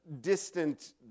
distant